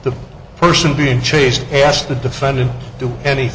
the person being chased asked the defendant do any